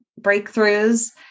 breakthroughs